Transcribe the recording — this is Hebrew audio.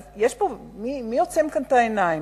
אז מי עוצם כאן את העיניים?